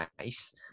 nice